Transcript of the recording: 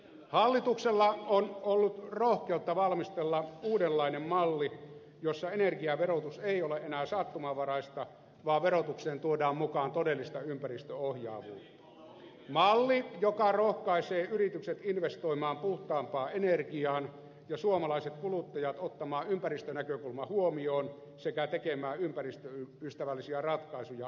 hallituksella on ollut rohkeutta valmistella uudenlainen malli jossa energiaverotus ei ole enää sattumanvaraista vaan verotukseen tuodaan mukaan todellista ympäristöohjaavuutta malli joka rohkaisee yritykset investoimaan puhtaampaan energiaan ja suomalaiset kuluttajat ottamaan ympäristönäkökulma huomioon sekä tekemään ympäristöystävällisiä ratkaisuja arjessaan